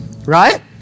right